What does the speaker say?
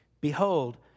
Behold